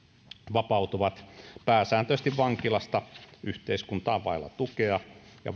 vapautuvat vankilasta yhteiskuntaan pääsääntöisesti vailla tukea ja